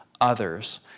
others